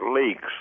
leaks